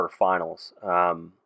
quarterfinals